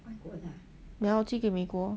ya lor 我寄给美国